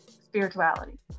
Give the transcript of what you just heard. spirituality